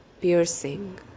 piercing